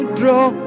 draw